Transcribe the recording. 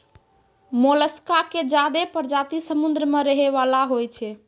मोलसका के ज्यादे परजाती समुद्र में रहै वला होय छै